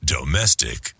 Domestic